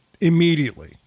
immediately